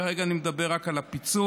כרגע אני מדבר רק על הפיצול,